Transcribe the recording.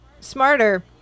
smarter